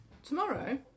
Tomorrow